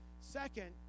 Second